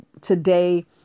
today